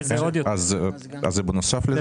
אז זה בנוסף לזה?